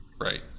right